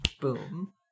Boom